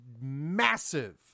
massive